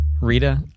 Rita